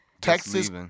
Texas